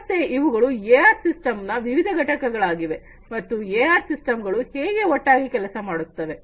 ಮತ್ತೆ ಇವುಗಳು ಎಆರ್ ಸಿಸ್ಟಂಗಳ ವಿವಿಧ ಘಟಕಗಳಾಗಿವೆ ಮತ್ತು ಎಆರ್ ಸಿಸ್ಟಮ್ ಗಳು ಹೀಗೆ ಒಟ್ಟಾಗಿ ಕೆಲಸ ಮಾಡುತ್ತವೆ